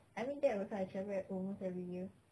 I mean that also I travel almost every year